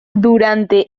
durante